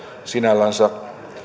sinällänsä